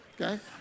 Okay